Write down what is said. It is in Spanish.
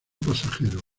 pasajero